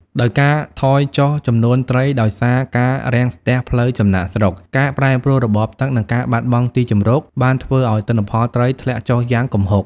ដោយការថយចុះចំនួនត្រីដោយសារការរាំងស្ទះផ្លូវចំណាកស្រុក ការប្រែប្រួលរបបទឹក និងការបាត់បង់ទីជម្រកបានធ្វើឱ្យទិន្នផលត្រីធ្លាក់ចុះយ៉ាងគំហុក។